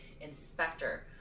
inspector